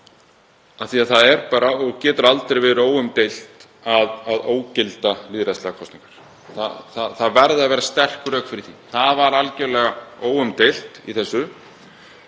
látnar standa. Það getur aldrei verið óumdeilt að ógilda lýðræðislegar kosningar. Það verða að vera sterk rök fyrir því. Það var algjörlega óumdeilt í þessu.